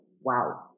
wow